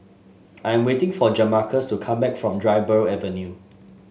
I am waiting for Jamarcus to come back from Dryburgh Avenue